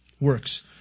Works